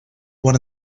one